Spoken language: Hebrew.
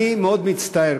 אני מאוד מצטער,